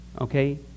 Okay